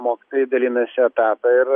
mokytojai dalinasi etatą ir